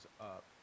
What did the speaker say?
up